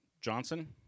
Johnson